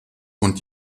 und